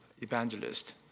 evangelist